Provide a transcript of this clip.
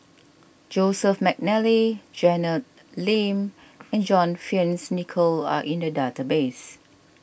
Joseph McNally Janet Lim and John Fearns Nicoll are in the database